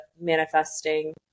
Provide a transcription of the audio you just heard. manifesting